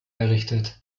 errichtet